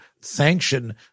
sanction